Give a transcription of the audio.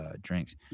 drinks